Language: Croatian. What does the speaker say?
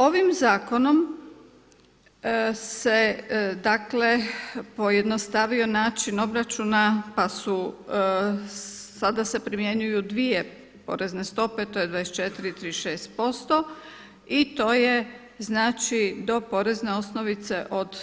Ovim zakonom se pojednostavio način obračuna pa su sada se primjenjuju dvije porezne stope, to je 24 i 36% i to je znači do porezne osnovice od